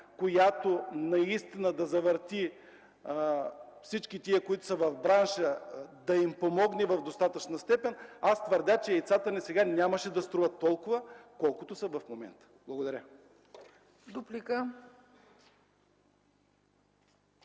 която да завърти всички в бранша, да им помогне в достатъчна степен, аз твърдя, че яйцата ни сега нямаше да струват толкова, колкото са в момента. Благодаря.